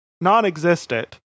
non-existent